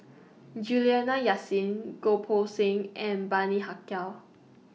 Juliana Yasin Goh Poh Seng and Bani Haykal